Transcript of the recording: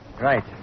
Right